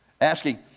asking